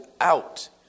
out